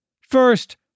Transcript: First